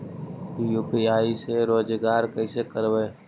UPI से रोजगार कैसे करबय?